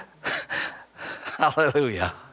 Hallelujah